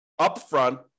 upfront